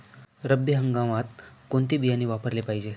रब्बी हंगामात कोणते बियाणे वापरले पाहिजे?